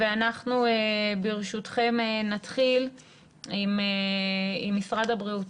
ברשותכם נתחיל עם משרד הבריאות,